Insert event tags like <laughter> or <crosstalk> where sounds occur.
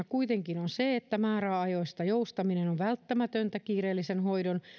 <unintelligible> kuitenkin on se että määräajoista joustaminen on välttämätöntä kiireellisen hoidon